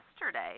yesterday